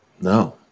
no